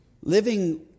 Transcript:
living